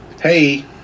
Hey